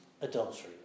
adultery